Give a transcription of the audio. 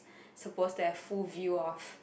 supposed to have full view of